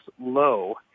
low